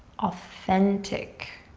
authentic